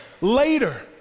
later